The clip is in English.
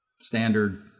standard